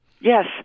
Yes